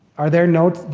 are there notes,